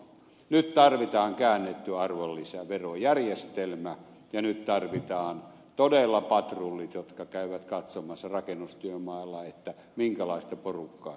nyt tarvitaan käännetty arvonlisäverojärjestelmä ja nyt tarvitaan todella patrullit jotka käyvät katsomassa rakennustyömailla minkälaista porukkaa